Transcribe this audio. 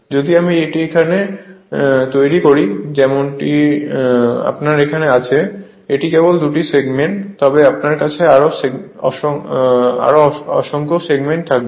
যদি আমি এটিকে এখানে তৈরি করি যেমনটি আপনার এখানে আছে এটি কেবল দুটি সেগমেন্ট তবে আপনার কাছে আরও সংখ্যক সেগমেন্ট রয়েছে